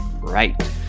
Right